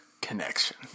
connection